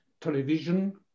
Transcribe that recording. television